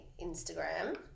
Instagram